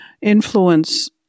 influence